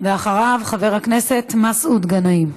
אחריו, חבר הכנסת מסעוד גנאים.